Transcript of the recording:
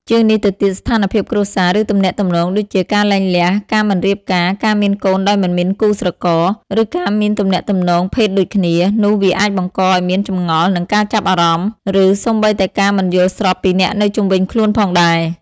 ជាងនេះទៅទៀតស្ថានភាពគ្រួសារ ឬទំនាក់ទំនងដូចជា ការលែងលះ ការមិនរៀបការ ការមានកូនដោយមិនមានគូស្រករ ឬការមានទំនាក់ទំនងភេទដូចគ្នា នោះវាអាចបង្កឱ្យមានចម្ងល់ និងការចាប់អារម្មណ៍ ឬសូម្បីតែការមិនយល់ស្របពីអ្នកនៅជុំវិញខ្លួនផងដែរ។